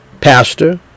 pastor